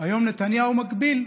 היום נתניהו מגדיל.